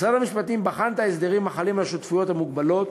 משרד המשפטים בחן את ההסדרים החלים על השותפויות המוגבלות